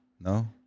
No